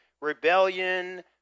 rebellion